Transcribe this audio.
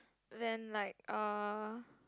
then like uh